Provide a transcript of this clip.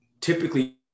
typically